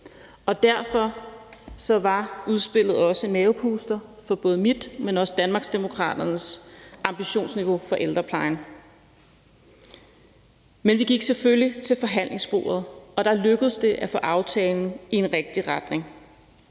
Derfor var udspillet også en mavepuster for både mit, men også Danmarksdemokraternes ambitionsniveau for ældreplejen. Men vi gik selvfølgelig til forhandlingsbordet, og der lykkedes det at få aftalen i en rigtig retning.